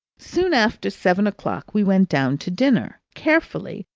soon after seven o'clock we went down to dinner, carefully,